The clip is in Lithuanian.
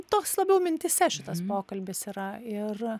toks labiau mintyse šitas pokalbis yra ir